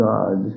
God